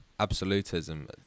absolutism